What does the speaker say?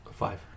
five